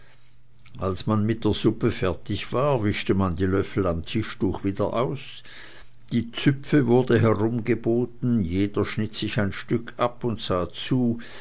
als man mit der suppe fertig war wischte man die löffel am tischtuch wieder aus die züpfe wurde herumgeboten jeder schnitt sich sein stück ab und sah zu